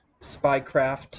spycraft